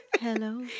Hello